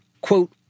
Quote